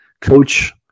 coach